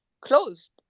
closed